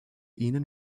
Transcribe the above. ihnen